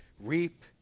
reap